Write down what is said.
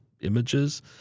images